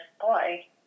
boy